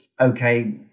okay